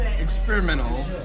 experimental